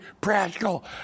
practical